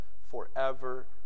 forever